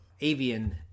avian